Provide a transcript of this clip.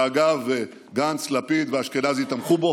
שאגב, גנץ, לפיד ואשכנזי תמכו בו.